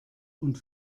und